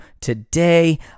today